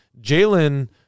Jalen